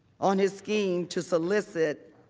on his scheme to solicit